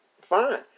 Fine